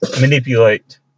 manipulate